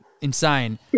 insane